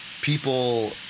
people